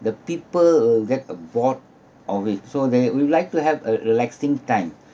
the people get bored of it so they would like to have a relaxing time